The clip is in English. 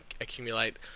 accumulate